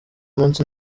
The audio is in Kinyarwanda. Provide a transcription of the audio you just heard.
munsi